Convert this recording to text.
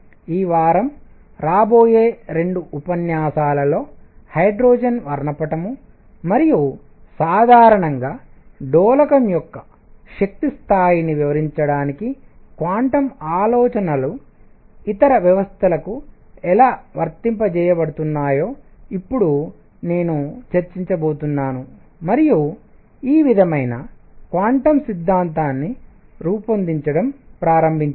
ఈ వారంలో రాబోయే 2 ఉపన్యాసాలలో హైడ్రోజన్ వర్ణపటం మరియు సాధారణంగా డోలకం యొక్క శక్తి స్థాయిని వివరించడానికి క్వాంటం ఆలోచనలు ఇతర వ్యవస్థలకు ఎలా వర్తింపజేయబడుతున్నాయో ఇప్పుడు నేను చర్చించబోతున్నాను మరియు ఈ విధమైన క్వాంటం సిద్ధాంతాన్ని రూపొందించడం ప్రారంభించింది